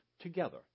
together